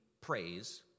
praise